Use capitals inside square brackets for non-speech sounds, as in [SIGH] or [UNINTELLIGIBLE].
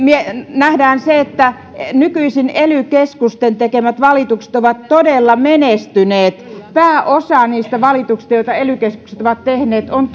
näemme sen että nykyisin ely keskusten tekemät valitukset ovat todella menestyneet pääosa niistä valituksista joita ely keskukset ovat tehneet on [UNINTELLIGIBLE]